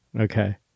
Okay